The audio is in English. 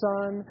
Son